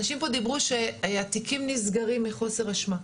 אנשים דיברו פה שהתיקים נסגרים מחוסר אשמה.